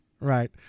right